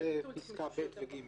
(4)